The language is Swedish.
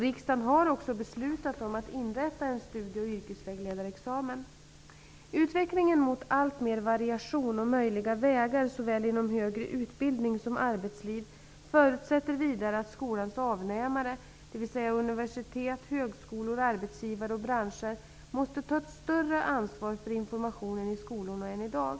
Riksdagen har också beslutat om att inrätta en studie och yrkesvägledareexamen. Utvecklingen mot alltmer variation och möjliga vägar såväl inom högre utbildning som arbetsliv förutsätter vidare att skolans avnämare, dvs. universitet, högskolor, arbetsgivare och branscher, måste ta ett större ansvar för informationen i skolorna än i dag.